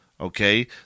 Okay